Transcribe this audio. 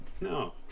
No